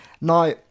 Now